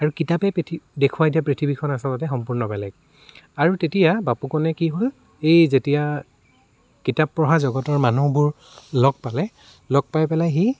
আৰু কিতাপেই পৃথি দেখুওৱাই দিয়া পৃথিৱীখন আচলতে সম্পূৰ্ণ বেলেগ আৰু তেতিয়া বাপুকণে কি হ'ল এই যেতিয়া কিতাপ পঢ়া জগতৰ মানুহবোৰ লগ পালে লগ পাই পেলাই সি